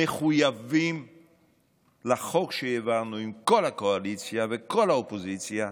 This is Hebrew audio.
למחויבים לחוק שהעברנו עם כל הקואליציה וכל האופוזיציה,